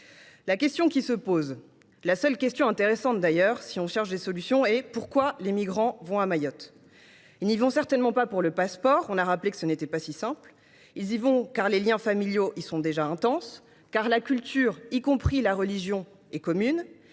La question qui se pose, la seule question intéressante d’ailleurs si l’on cherche des solutions, est la suivante : pourquoi les migrants vont ils à Mayotte ? Ils n’y vont certainement pas pour obtenir un passeport : il a été rappelé que ce n’était pas si simple. Ils y vont, car les liens familiaux y sont déjà intenses, car la culture, y compris la religion, est commune